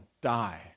die